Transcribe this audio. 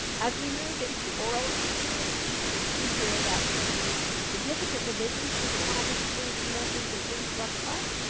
as we move into oral reading fluency, you can see here that we have made some significant revisions to the oral reading fluency measures in aimswebplus.